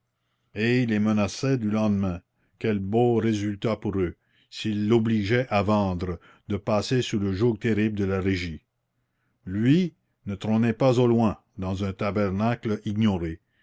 et il les menaçait du lendemain quel beau résultat pour eux s'ils l'obligeaient à vendre de passer sous le joug terrible de la régie lui ne trônait pas au loin dans un tabernacle ignoré